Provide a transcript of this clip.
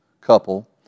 couple